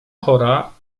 chora